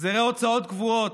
החזרי הוצאות קבועות,